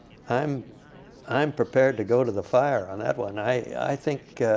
i'm i'm prepared to go to the fire on that one i think